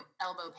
elbow